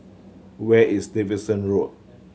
where is Davidson Road